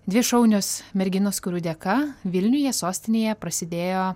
dvi šaunios merginos kurių dėka vilniuje sostinėje prasidėjo